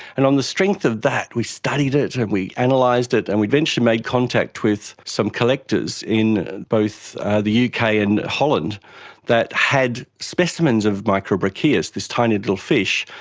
and on the strength of that we studied it and we analysed like it, and we eventually made contact with some collectors in both the uk ah and holland that had specimens of microbrachius, this tiny little fish,